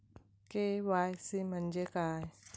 KYC म्हणजे काय?